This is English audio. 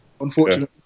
Unfortunately